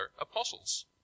apostles